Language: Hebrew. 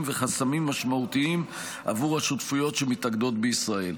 וחסמים משמעותיים עבור השותפויות שמתאגדות בישראל.